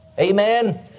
Amen